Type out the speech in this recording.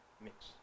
mix